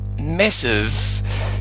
massive